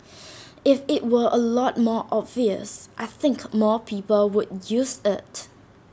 if IT were A lot more obvious I think more people would use IT